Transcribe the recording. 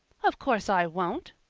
of course i won't,